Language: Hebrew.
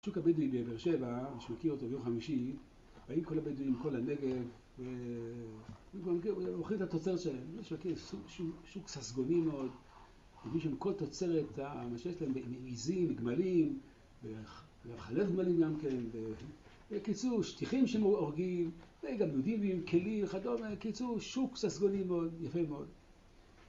שוק הבדואים בבאר שבע, מי שמכיר אותו ביום חמישי, באים כל הבדואים מכל הנגב ומוכרים את התוצרת שלהם. שוק ססגוני מאוד, יש שם מכול תוצרת, מה שיש להם, עיזים, גמלים וחלב גמלים גם כן. בקיצור, שטיחים שהם היו אורגים, וגם נודים עם כלים וכדומה. בקיצור, שוק ססגוני מאוד, יפה מאוד